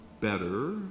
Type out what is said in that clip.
better